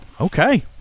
Okay